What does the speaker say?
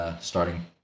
starting